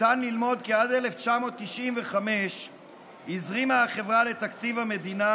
ניתן ללמוד כי עד 1995 הזרימה החברה לתקציב המדינה